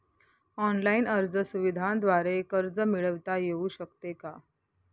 Online अर्ज सुविधांद्वारे कर्ज मिळविता येऊ शकते का?